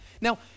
Now